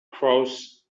crossed